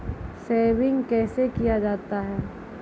Saving कैसै किया जाय?